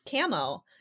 camo